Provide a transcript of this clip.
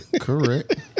Correct